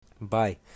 Bye